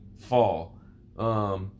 fall